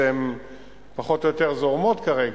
שהן פחות או יותר זורמות כרגע.